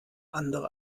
andere